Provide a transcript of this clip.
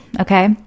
Okay